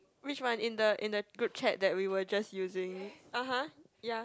which one in the in the group chat that we were just using (uh huh) ya